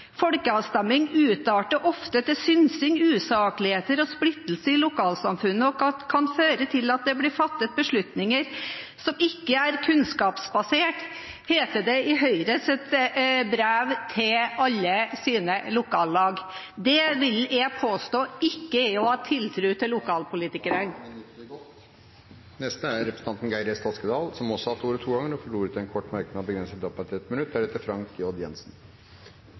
ofte til synsing, usakligheter og splittelse i lokalsamfunnet og kan føre til at det blir tatt en beslutning som ikke er kunnskapsbasert», heter det i Høyres brev til alle sine lokallag. Det vil jeg påstå er ikke å ha tiltro til lokalpolitikerne. Da har minuttet gått. Representanten Geir S. Toskedal har hatt ordet to ganger tidligere og får ordet til en kort merknad, begrenset til 1 minutt. Til